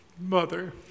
mother